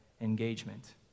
engagement